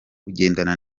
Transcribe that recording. kugendana